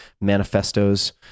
manifestos